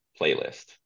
playlist